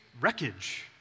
wreckage